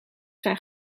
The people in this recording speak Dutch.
zijn